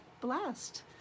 blessed